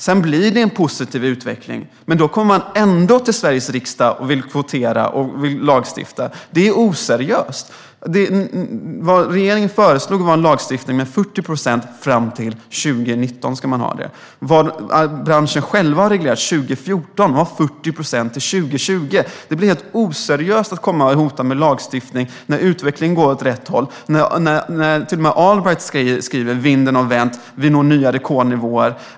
Sedan blir det en positiv utveckling, men man kommer ändå till Sveriges riksdag och vill kvotera och lagstifta. Det är oseriöst. Vad regeringen föreslog var lagstiftning om 40 procent till 2019. Branschen själv beslutade år 2014 om 40 procent till 2020. Det är helt oseriöst att hota med lagstiftning när utvecklingen går åt rätt håll, när till och med Allbright skriver att vinden har vänt och att vi når nya rekordnivåer.